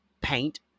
paint